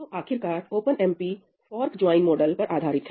तो आखिरकार OpenMP fork join model पर आधारित है